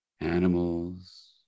animals